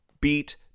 beat